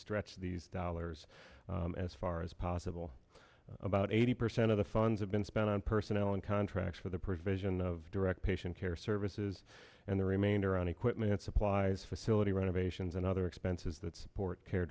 stretch these dollars as far as possible about eighty percent of the funds have been spent on personnel and contracts for the provision of direct patient care services and the remainder on equipment supplies facility renovations and other expenses that support care